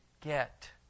get